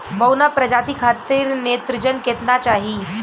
बौना प्रजाति खातिर नेत्रजन केतना चाही?